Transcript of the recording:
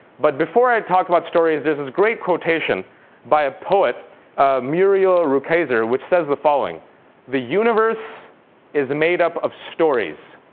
but before i talk about stories, there's this great quotation by a poet muriel rukeyser, which says the following the universe is made up of stories,